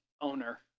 owner